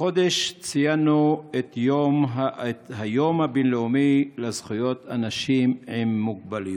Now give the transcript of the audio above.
החודש ציינו את היום הבין-לאומי לזכויות אנשים עם מוגבלויות.